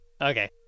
Okay